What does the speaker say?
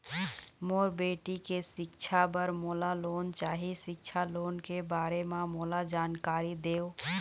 मोर बेटी के सिक्छा पर मोला लोन चाही सिक्छा लोन के बारे म मोला जानकारी देव?